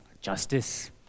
Justice